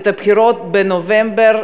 את הבחירות בנובמבר,